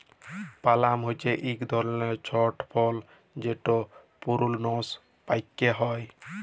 পালাম হছে ইক ধরলের ছট ফল যেট পূরুনস পাক্যে হয়